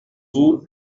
vous